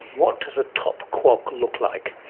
what does a top quark look like?